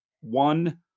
one